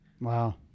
Wow